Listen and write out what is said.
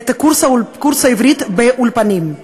את קורס העברית באולפנים.